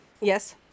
Yes